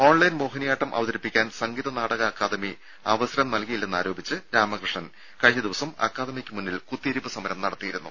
online Mohiniyattam അവതരിപ്പിക്കാൻ സംഗീത നാടക അക്കാദമി അവസരം നൽകിയില്ലെന്നാരോപിച്ച് രാമകൃഷ്ണൻ കഴിഞ്ഞ ദിവസം അക്കാദമിക്ക് മുന്നിൽ കുത്തിയിരിപ്പ് സമരം നടത്തിയിരുന്നു